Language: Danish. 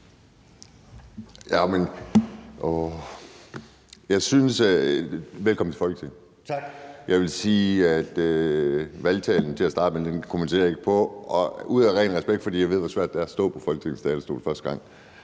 Velkommen til Folketinget. (Jan Carlsen (M): Tak). Jeg vil sige til at starte med, at valgtalen kommenterer jeg ikke på ud af ren respekt, for jeg ved, hvor svært det er at stå på Folketingets talerstol første gang.